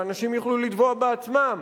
שהאנשים יוכלו לתבוע בעצמם.